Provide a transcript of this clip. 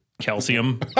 calcium